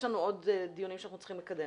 יש לנו עוד דיונים שאנחנו צריכים לקדם.